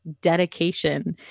dedication